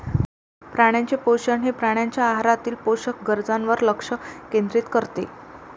प्राण्यांचे पोषण हे प्राण्यांच्या आहारातील पोषक गरजांवर लक्ष केंद्रित करते